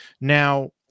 Now